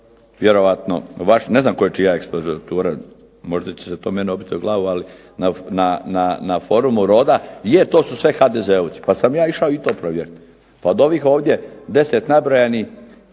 ne znam čija je ekspozitura, možda će se to meni obiti o glavu ali na forumu Roda je to su sve HDZ-ovci pa sam ja išao i to provjeriti. Od ovih ovdje 10 nabrojanih